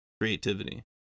creativity